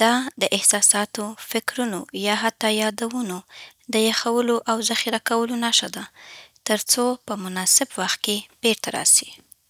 دا د احساساتو، فکرونو، یا حتی یادونو د یخولو او ذخیره کولو نښه ده، ترڅو په مناسب وخت کې بیرته راسي.